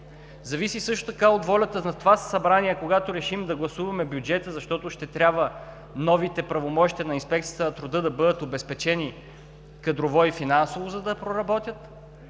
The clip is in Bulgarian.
зависи също така от волята на това събрание, когато решим да гласуваме бюджета, защото ще трябва новите правомощия на Инспекцията по труда да бъдат обезпечени кадрово и финансово, за да проработят,